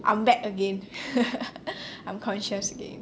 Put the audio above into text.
I'm back again I'm conscious again